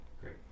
great